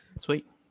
Sweet